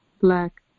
black